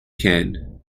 can